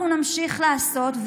אנחנו נמשיך לעשות,